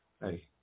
Hey